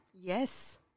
Yes